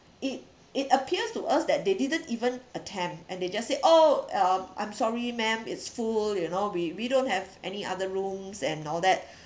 it it appears to us that they didn't even attempt and they just said oh um I'm sorry ma'am it's full you know we we don't have any other rooms and all that